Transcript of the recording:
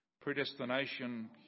Predestination